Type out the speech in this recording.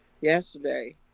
yesterday